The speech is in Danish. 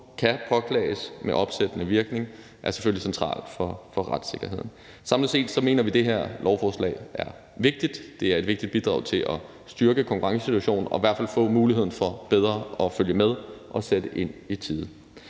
kan påklages med opsættende virkning er selvfølgelig centralt for retssikkerheden. Samlet set mener vi, at det her lovforslag er vigtigt. Det er et vigtigt bidrag til at styrke konkurrencesituationen og i hvert fald at få muligheden for bedre at følge med og sætte ind i tide.